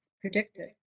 predicted